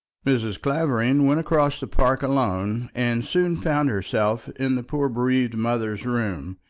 mrs. clavering went across the park alone, and soon found herself in the poor bereaved mother's room.